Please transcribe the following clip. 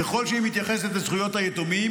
ככל שהיא מתייחסת לזכויות היתומים,